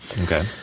Okay